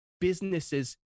businesses